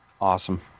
Awesome